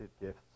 gifts